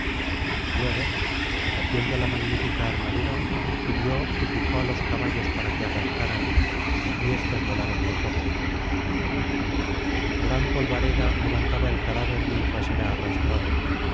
luego recogiendo la magnífica armadura subió y picó á los caballos para que arrancaran y éstos volaron gozosos gran polvareda levantaba el cadáver mientras era arrastrado la